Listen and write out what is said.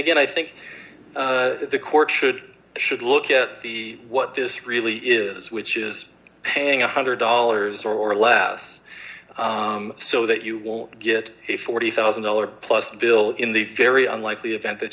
again i think the courts should should look at the what this really is which is paying one hundred dollars or less so that you will get a forty thousand dollars plus bill in the very unlikely event that